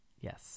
Yes